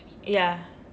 ya